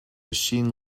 machine